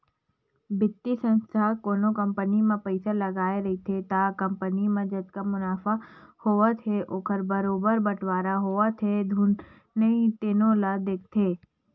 बित्तीय संस्था कोनो कंपनी म पइसा लगाए रहिथे त कंपनी म जतका मुनाफा होवत हे ओखर बरोबर बटवारा होवत हे धुन नइ तेनो ल देखथे